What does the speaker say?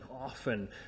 often